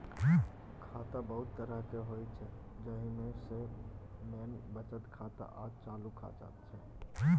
खाता बहुत तरहक होइ छै जाहि मे सँ मेन बचत खाता आ चालू खाता छै